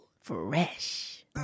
Fresh